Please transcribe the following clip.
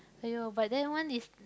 !aiyo! but that one is